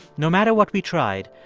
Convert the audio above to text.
no matter what we tried,